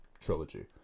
trilogy